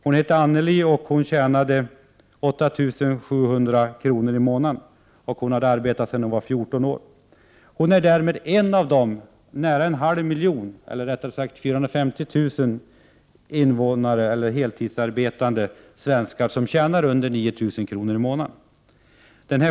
Hon hette Anneli, och hon tjänade 8 700 kr. i månaden. Hon hade arbetat sedan hon var 14 år. Hon är därmed en av de nära en halv miljon, eller rättare sagt 450 000 heltidsarbetande svenskar som tjänar under 9 000 kr. i månaden.